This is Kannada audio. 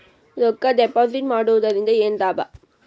ರೊಕ್ಕ ಡಿಪಾಸಿಟ್ ಮಾಡುವುದರಿಂದ ಏನ್ ಲಾಭ?